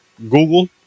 Google